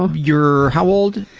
um you're how old?